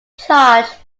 charged